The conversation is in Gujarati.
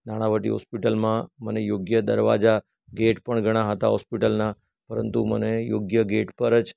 નાણાવટી હોસ્પિટલમાં મને યોગ્ય દરવાજા ગેટ પણ ઘણા હતા હોસ્પિટલના પરંતુ મને યોગ્ય ગેટ પર જ